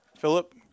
Philip